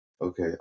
Okay